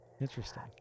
Interesting